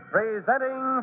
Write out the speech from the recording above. Presenting